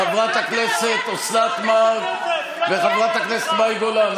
חברת הכנסת אוסנת מארק וחברת הכנסת מאי גולן,